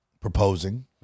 proposing